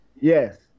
Yes